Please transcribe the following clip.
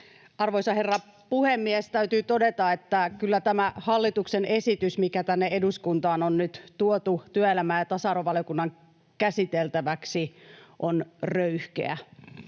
Arvoisa herra puhemies! Täytyy todeta, että kyllä tämä hallituksen esitys, mikä tänne eduskuntaan on nyt tuotu työelämä- ja tasa-arvovaliokunnan käsiteltäväksi, on röyhkeä.